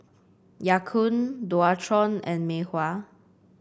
Ya Kun Dualtron and Mei Hua